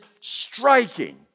striking